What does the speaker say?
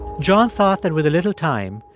john thought that with a little time,